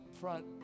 front